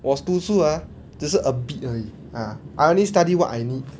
我读书 ah 只是 a bit 而已 ah I only study what I need